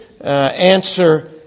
answer